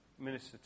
Minister